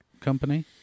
company